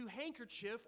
handkerchief